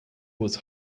was